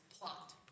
plot